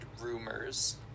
rumors